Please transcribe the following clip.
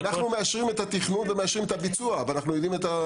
אנחנו מאשרים את התכנון ומאשרים את הביצוע ולכן אנחנו יודעים.